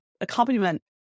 accompaniment